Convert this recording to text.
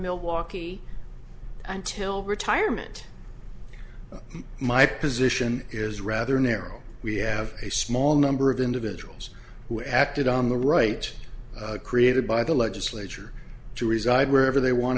milwaukee until retirement my position is rather narrow we have a small number of individuals who acted on the right created by the legislature to reside wherever they want